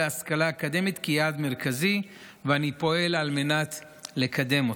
להשכלה אקדמית יעד מרכזי ואני פועל לקדם אותו.